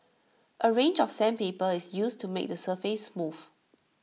A range of sandpaper is used to make the surface smooth